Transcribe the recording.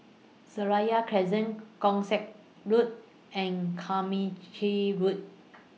Seraya Crescent Keong Saik Road and Carmichael Road